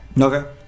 Okay